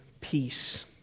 peace